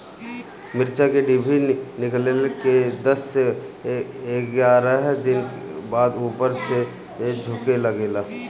मिरचा क डिभी निकलले के दस से एग्यारह दिन बाद उपर से झुके लागेला?